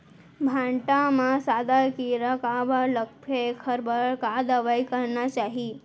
भांटा म सादा कीरा काबर लगथे एखर बर का दवई करना चाही?